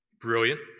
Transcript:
Brilliant